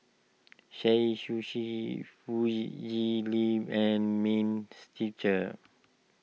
sei Sushi and means teacher